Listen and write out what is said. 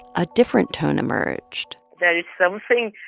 a different tone emerged there is something,